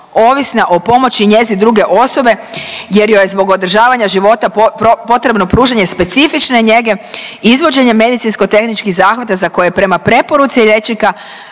ovisna o pomoći i njezi druge osobe jer joj je zbog održavanja života potrebno pružanje specifične njege izvođenjem medicinsko tehničkih zahvata za koje je prema preporuci liječnika